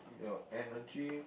your energy